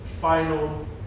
final